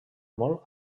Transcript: molt